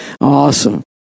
Awesome